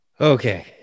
Okay